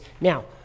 Now